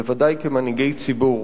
בוודאי כמנהיגי ציבור,